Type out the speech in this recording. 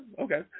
Okay